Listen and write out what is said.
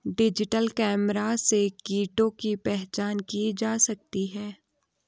digital camera से कीटों की पहचान की जा सकती है